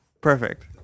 Perfect